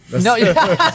No